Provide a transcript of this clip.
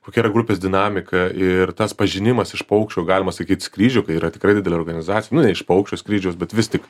kokia yra grupės dinamika ir tas pažinimas iš paukščio galima sakyt skrydžio kai yra tikrai didelė organizacija nu ne iš paukščio skrydžio bet vis tik